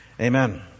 Amen